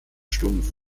stumpf